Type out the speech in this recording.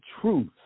truth